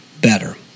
better